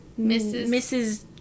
Mrs